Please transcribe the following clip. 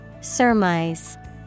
Surmise